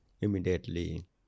immediately